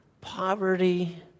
poverty